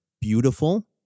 beautiful